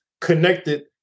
connected